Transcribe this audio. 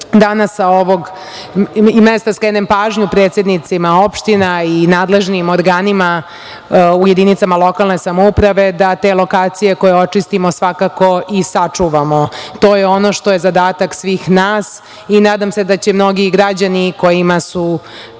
danas sa ovog mesta skrenem pažnju, predsednicima opština i nadležnim organima u jedinicama lokalne samouprave, da te lokacije koje očistimo svakako i sačuvamo. To je ono što je zadatak svih nas i nadam se da će mnogi građani kojima su